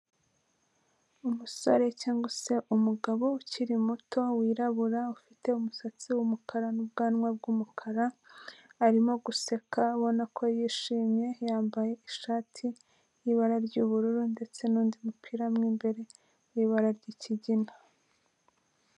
Umusore cyangwa se umugabo ukiri muto, wirabura ufite umusatsi w'umukara n'ubwanwa bw'umukara, arimo guseka ubona ko yishimye, yambaye ishati y'ibara ry'ubururu ndetse n'undi mupira mo imbere w'ibara ry'ikigina.